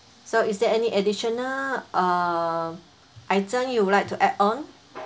so is there any additional uh item you would like to add on